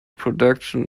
production